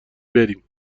بریم